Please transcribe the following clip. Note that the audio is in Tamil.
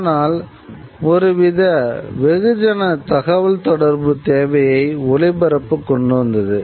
ஆனால் ஒரு வித வெகுஜன தகவல்தொடர்பு தேவையை ஒளிபரப்பு கொண்டு உண்மையில் வந்தது